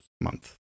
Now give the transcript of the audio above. month